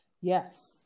yes